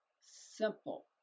simple